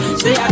say